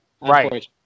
Right